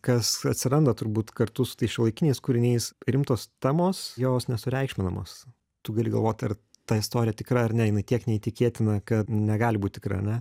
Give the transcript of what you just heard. kas atsiranda turbūt kartu su tais šiuolaikiniais kūriniais rimtos temos jos nesureikšminamos tu gali galvot ar ta istorija tikra ar ne jinai tiek neįtikėtina kad negali būt tikra ar ne